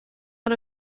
out